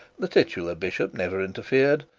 the titular bishop never interfered,